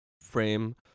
...frame